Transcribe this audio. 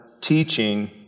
teaching